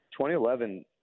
2011